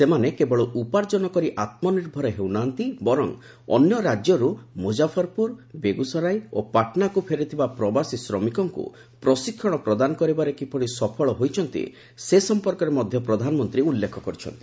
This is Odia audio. ସେମାନେ କେବଳ ଉପାର୍ଜନ କରି ଆତ୍କନିର୍ଭର ହେଉ ନାହାନ୍ତି ବରଂ ଅନ୍ୟ ରାଜ୍ୟରୁ ମୁଜାଫର୍ପୁର ବେଗୁସରାଇ ଓ ପାଟନାକୁ ଫେରିଥିବା ପ୍ରବାସୀ ଶ୍ରମିକମାନଙ୍କୁ ପ୍ରଶିକ୍ଷଣ ପ୍ରଦାନ କରିବାରେ କିପରି ସଫଳ ହୋଇଛନ୍ତି ପ୍ରଧାନମନ୍ତ୍ରୀ ସେ ସମ୍ପର୍କରେ ଉଲ୍ଲେଖ କରିଛନ୍ତି